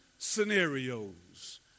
scenarios